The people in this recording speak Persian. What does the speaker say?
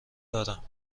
دارم